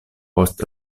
post